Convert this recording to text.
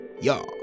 Y'all